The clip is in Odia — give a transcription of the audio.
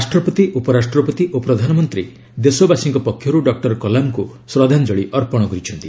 ରାଷ୍ଟ୍ରପତି ଉପରାଷ୍ଟ୍ରପତି ଓ ପ୍ରଧାନମନ୍ତ୍ରୀ ଦେଶବାସୀଙ୍କ ପକ୍ଷରୁ ଡକୁର କଲାମଙ୍କୁ ଶ୍ରଦ୍ଧାଞ୍ଜଳୀ ଅର୍ପଣ କରିଛନ୍ତି